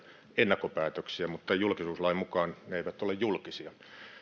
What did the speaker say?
ennakkopäätöksiä mutta julkisuuslain mukaan ne eivät ole julkisia